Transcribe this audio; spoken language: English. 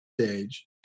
stage